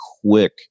quick